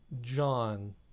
John